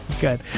Good